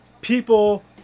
people